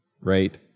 right